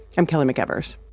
i'm kelly mcevers